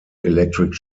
electric